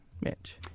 Mitch